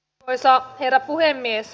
arvoisa herra puhemies